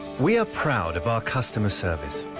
we are proud of our customer service.